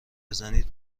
بزنید